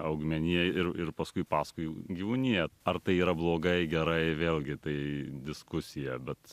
augmenija ir ir paskui paskui gyvūnija ar tai yra blogai gerai vėlgi tai diskusija bet